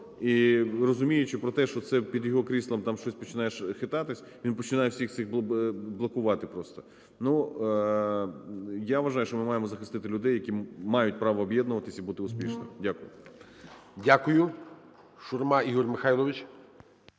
і, розуміючи про те, що це під його кріслом там щось починає хитатися, він починає все це блокувати просто. Я вважаю, що ми маємо захистити людей, які мають право об'єднувати і бути успішними. Дякую.